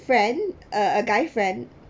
friend a a guy friend